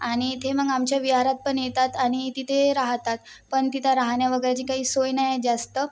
आणि इथे मग आमच्या विहारात पण येतात आणि तिथे राहतात पण तिथं राहण्या वगैरे जी काही सोय नाही आहे जास्त